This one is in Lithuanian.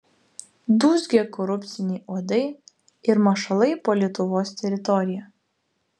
dūzgia korupciniai uodai ir mašalai po lietuvos teritoriją